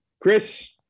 Chris